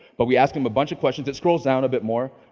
but we asked them a bunch of questions. it scrolls down a bit more.